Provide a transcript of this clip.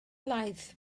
laeth